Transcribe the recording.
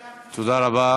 מידע פנימי, תודה רבה.